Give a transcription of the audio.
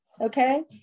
okay